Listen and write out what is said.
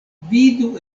vidu